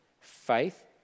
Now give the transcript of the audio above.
Faith